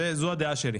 זו הדעה שלי.